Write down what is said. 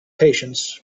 patience